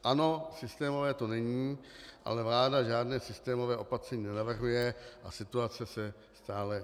Ano, systémové to není, ale vláda žádné systémové opatření nenavrhuje a situace se stále zhoršuje.